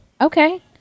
okay